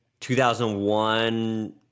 2001